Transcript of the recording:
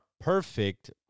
perfect